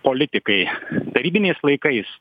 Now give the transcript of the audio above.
politikai tarybiniais laikais